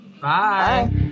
Bye